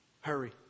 Hurry